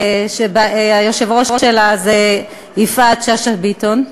שהיושבת-ראש שלה היא יפעת שאשא ביטון.